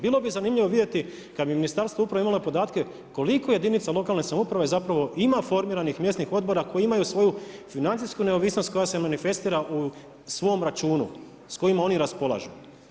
Bilo bi zanimljivo vidjeti kad bi Ministarstvo uprave imale podatke, kolike jedinica lokalne samouprave, zapravo ima formiranih mjesnih odbora, koji imaju svoju financijsku neovisnost, koja se manifestira u svom računu, s kojima oni raspolažu.